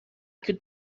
could